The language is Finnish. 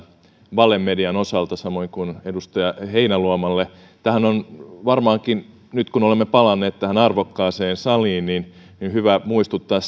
valemedian osalta samoin kuin edustaja heinäluomalle tässä on varmaankin nyt kun olemme palanneet tähän arvokkaaseen saliin hyvä muistuttaa